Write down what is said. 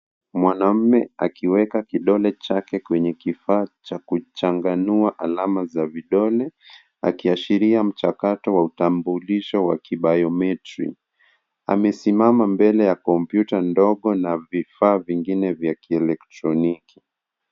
Mwanaume akiweka kidole chake kwenye kifaa cha kuchanganua alama za vidole, akiashiria mchakato wa utambulisho wa kibayometri. Amesimama mbele ya kompyuta ndogo na vifaa vingine vya kielektroniki.